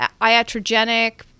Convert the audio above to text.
iatrogenic